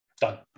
Done